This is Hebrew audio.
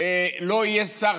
לא יהיה שר,